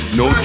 no